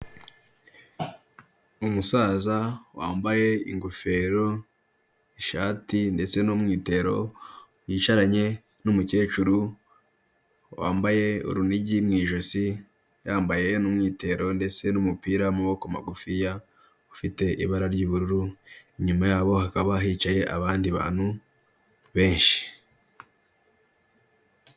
Umusaza wambaye ingofero, ishati ndetse n'umwitero, wicaranye n'umukecuru, wambaye urunigi mu ijosi, yambaye n'umwitero ndetse n'umupira w'amaboko magufiya, ufite ibara ry'ubururu, inyuma yabo hakaba hicaye abandi bantu benshi.